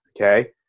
okay